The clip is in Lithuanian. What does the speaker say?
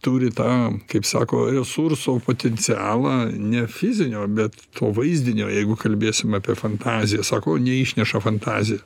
turi tą kaip sako resurso potencialą ne fizinio bet to vaizdinio jeigu kalbėsim apie fantaziją sako neišneša fantazija